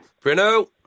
Bruno